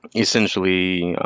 essentially,